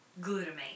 Glutamate